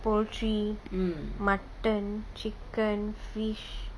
poultry mutton chicken fish